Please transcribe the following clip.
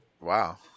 wow